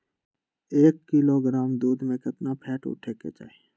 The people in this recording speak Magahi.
एक किलोग्राम दूध में केतना फैट उठे के चाही?